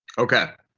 ok.